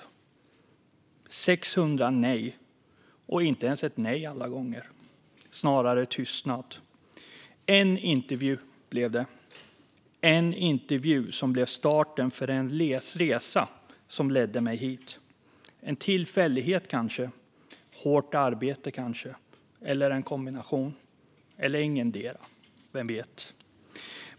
Jag fick 600 nej, eller inte ens ett nej alla gånger utan snarare tystnad. En intervju blev det, som blev starten för den resa som ledde mig hit. Kanske berodde det på en tillfällighet eller på hårt arbete, eller en kombination. Eller så var det ingetdera, vem vet?